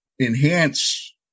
enhance